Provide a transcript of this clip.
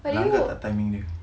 langgar tak timing dia